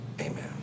amen